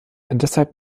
deshalb